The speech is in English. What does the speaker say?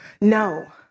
no